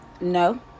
no